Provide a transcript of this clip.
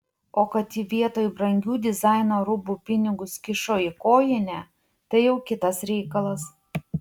o kad ji vietoj brangių dizaino rūbų pinigus kišo į kojinę tai jau kitas reikalas